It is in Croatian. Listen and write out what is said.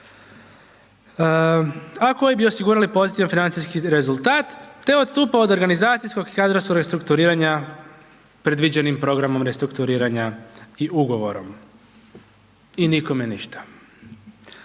a koji bi osigurali pozitivan financijski rezultat, te odstupao od organizacijskog i kadrovskog restrukturiranja predviđenim programom restrukturiranja i ugovorom i nikome ništa.